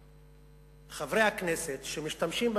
מה שביקש חבר הכנסת צחי